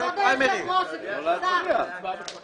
שר הביטחון התפטר וראש הממשלה לקח את תפקידו ואין כפל שכר למי שממלא